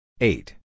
Eight